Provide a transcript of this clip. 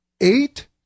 eight